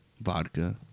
vodka